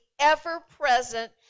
ever-present